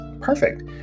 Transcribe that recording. perfect